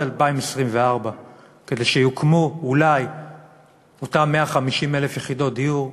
2024 כדי שאולי יוקמו אותן 150,000 יחידות דיור,